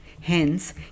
hence